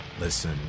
Listen